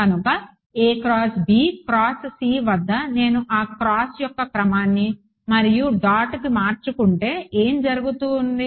కనుక వద్ద నేను ఆ క్రాస్ యొక్క క్రమాన్ని మరియు డాట్కు మార్చుకుంటే ఏమి జరుగుతుంది